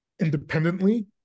independently